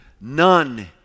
none